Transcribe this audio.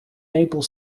maple